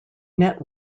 net